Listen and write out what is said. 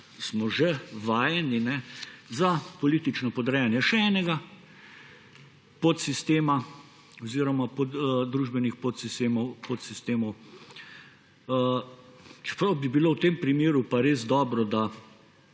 smo že vajeni, za politično podrejanje še enega podsistema oziroma družbenih podsistemov. Čeprav bi bilo v tem primeru pa res dobro, da